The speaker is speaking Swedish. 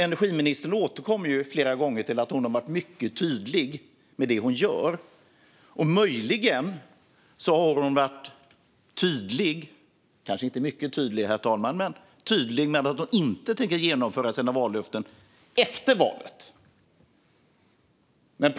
Energiministern återkommer flera gånger till att hon varit mycket tydlig med det hon gör. Möjligen har hon varit tydlig med, men kanske inte mycket tydlig, att hon inte tänker genomföra sina vallöften efter valet. Herr talman!